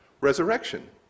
resurrection